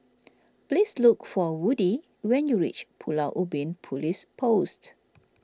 please look for Woodie when you reach Pulau Ubin Police Post